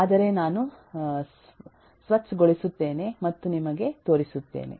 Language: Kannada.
ಆದರೆ ನಾನು ಸ್ವಚ್ ಗೊಳಿಸುತ್ತೇನೆ ಮತ್ತು ನಿಮಗೆ ತೋರಿಸುತ್ತೇನೆ